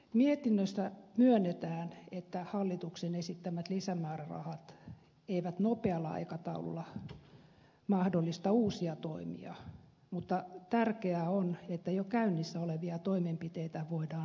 mietinnössä myönnetään että hallituksen esittämät lisämäärärahat eivät nopealla aikataululla mahdollista uusia toimia mutta tärkeää on että jo käynnissä olevia toimenpiteitä voidaan laajentaa